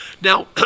Now